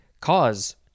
cause